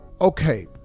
Okay